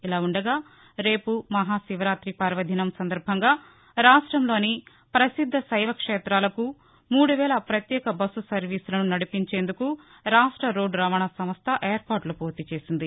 ఇలావుండగా రేపు మహాశివరాతి పర్వదినం సందర్బంగా రాష్టంలోని ప్రసిద్ద కైప క్షేతాలకు మూడు వేల పత్యేక బస్సు సర్వీసులను నడిపించేందుకు రాష్ట రోడ్డు రవాణా సంస్ట ఏర్పాట్ల పూర్తిచేసింది